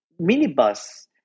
minibus